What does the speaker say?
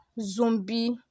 zombie